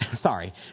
sorry